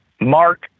Mark